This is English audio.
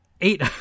Eight